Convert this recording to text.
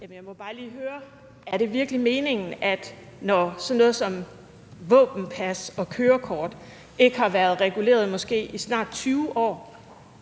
Jeg må bare lige høre: Er det virkelig meningen, når sådan noget som våbenpas og kørekort ikke har været reguleret i måske snart 20 år,